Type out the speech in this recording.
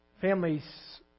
Families